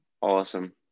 Awesome